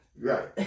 Right